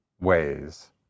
ways